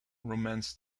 romance